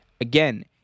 Again